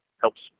helps